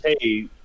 Hey